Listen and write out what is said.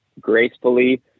gracefully